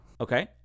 Okay